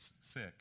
sick